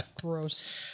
Gross